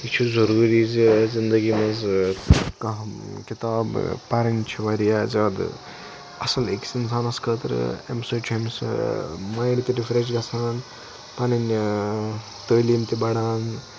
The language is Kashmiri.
یہِ چھُ ضروٗری زِ زِنٛدگی مَنٛز کانٛہہ کِتاب پَرٕنۍ چھِ واریاہ زیادٕ اصل أکِس اِنسانَس خٲطرِ امہِ سۭتۍ چھُ أمس مایِنٛڈ تہِ رِفریٚش گَژھان پَنٕنۍ تعلیٖم تہِ بَڑان